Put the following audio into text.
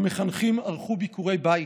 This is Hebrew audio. המחנכים ערכו ביקורי בית,